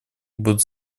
будут